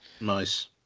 Nice